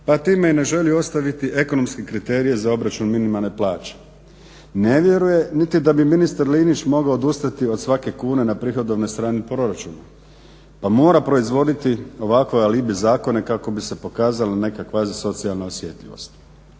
pa time i ne želi ostaviti ekonomske kriterije za obračun minimalne plaće. Ne vjeruje niti da bi ministar Linić mogao odustati od svake kune na prihodovnoj strani proračuna pa mora proizvoditi ovakve alibi zakone kako bi se pokazala neka kvazi socijalna osjetljivost.